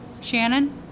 Shannon